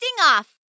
off